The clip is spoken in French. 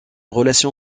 relation